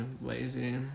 lazy